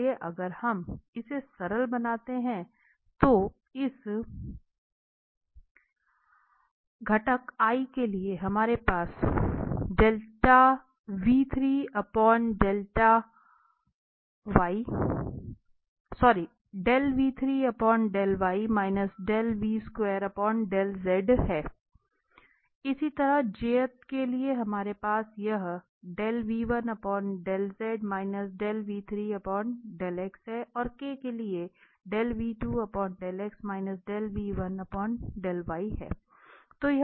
इसलिए अगर हम इसे सरल बनाते हैं तो इस घटक के लिए हमारे पास है इसी तरह के लिए हमारे पास यह हैऔर के लिए है